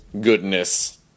Goodness